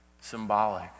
symbolic